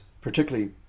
particularly